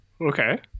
Okay